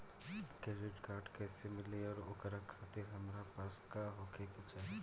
Credit card कैसे मिली और ओकरा खातिर हमरा पास का होए के चाहि?